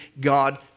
God